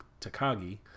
Takagi